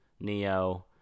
Neo